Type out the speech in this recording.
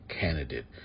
Candidate